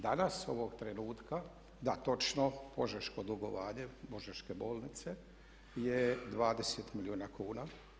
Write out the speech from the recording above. Danas ovog trenutka, da točno požeško dugovanje, Požeške bolnice je 20 milijuna kuna.